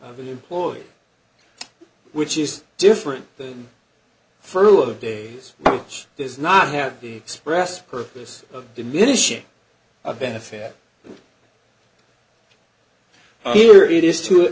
of an employee which is different than furlough days is does not have the express purpose of diminishing a benefit here it is to